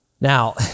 Now